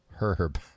Herb